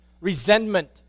resentment